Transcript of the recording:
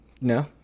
no